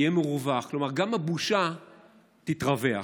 יהיה מרווח, כלומר גם הבושה תתרווח,